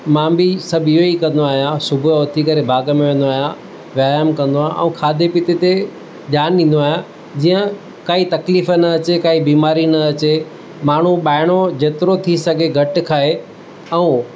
मां बि सभु इहो ई कंदो आहियां सुबुह जो उथी करे बाग़ में वेंदो आहियां व्यायाम कंदो आहियां ऐं खाधे पीते ते ध्यानु ॾींदो आहियां जीअं काई तकलीफ़ न अचे काई बीमारी न अचे माण्हू ॿाहिरों जेतिरो थी सघे घटि खाए ऐं